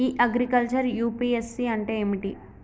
ఇ agriculture UPSC అంటే ఏమిటి?